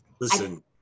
listen